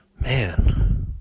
Man